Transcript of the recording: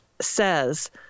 says